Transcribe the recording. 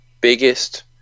biggest